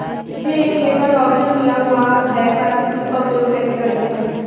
मुझे एक labour voucher मिला हुआ है परंतु उसका उपयोग कैसे करते हैं?